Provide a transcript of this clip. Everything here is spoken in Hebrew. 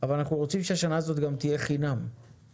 אז כללת גם את הפנסיה שלך וחיסכון ארוך טווח,